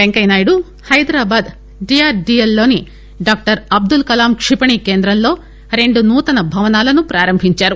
వెంకయ్యనాయుడు హైదరాబాద్ డీఆర్డీఎల్లోని డాక్టర్ అబ్దుల్ కలాం క్షిపణి కేంద్రంలో రెండు నూతన భవనాలను ప్రారంభించారు